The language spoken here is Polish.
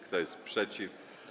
Kto jest przeciw?